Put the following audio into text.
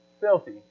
filthy